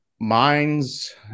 mines